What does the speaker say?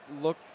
look